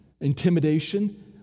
intimidation